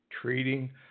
treating